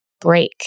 break